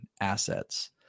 assets